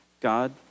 God